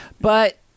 But-